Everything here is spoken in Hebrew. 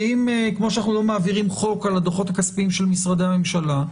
שאם כפי שאנו לא מעבירים חוק על הדוחות הכספיים של משרדי הממשלה,